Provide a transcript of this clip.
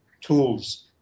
tools